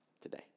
today